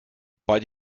bei